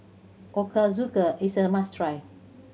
ochazuke is a must try